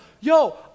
yo